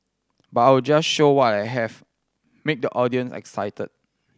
but I'll just show what I have make the audience excited